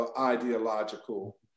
Ideological